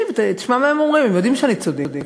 תשמע מה הם אומרים, הם יודעים שאני צודקת.